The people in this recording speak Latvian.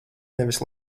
nevis